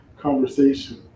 conversation